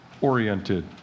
oriented